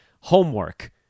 homework